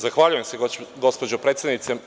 Zahvaljujem se, gospođo predsednice.